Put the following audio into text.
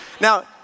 Now